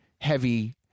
heavy